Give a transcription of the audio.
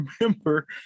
remember